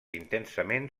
intensament